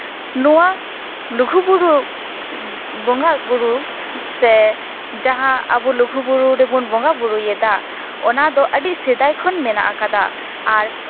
ᱱᱚᱣᱟ ᱞᱩᱜᱩᱼᱵᱩᱨᱩ ᱵᱚᱸᱜᱟ ᱵᱳᱨᱳ ᱥᱮ ᱡᱟᱦᱟᱸ ᱟᱵᱚ ᱞᱩᱜᱩᱼᱵᱩᱨᱩ ᱨᱮᱵᱚᱱ ᱵᱚᱸᱜᱟᱼᱵᱩᱨᱩᱭᱮᱫᱟ ᱚᱱᱟ ᱫᱚ ᱟᱹᱰᱤ ᱥᱮᱫᱟᱭ ᱠᱷᱚᱱ ᱢᱮᱱᱟᱜ ᱟᱠᱟᱫᱟ ᱟᱨ